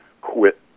quit